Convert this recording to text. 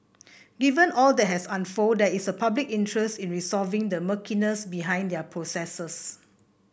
given all that has unfolded there is public interest in resolving the murkiness behind their processes